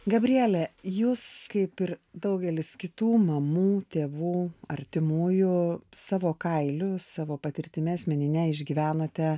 gabriele jūs kaip ir daugelis kitų mamų tėvų artimųjų savo kailiu savo patirtimi asmenine išgyvenote